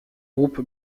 groupe